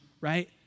right